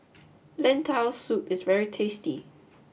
Lentil Soup is very tasty